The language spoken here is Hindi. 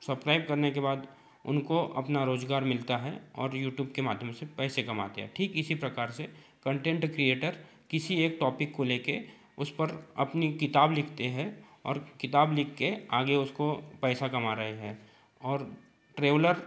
सबस्क्राइब करने के बाद उनको अपना रोज़गार मिलता है और यूट्यूब के माध्यम से पैसे कमाते हैं ठीक इसी प्रकार से कंटेन्ट क्रीऐटर किसी एक टॉपिक को ले कर उस पर अपनी किताब लिखते हैं और किताब लिख कर आगे उसको पैसा कमा रहे हैं और ट्रेवलर